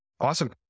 Awesome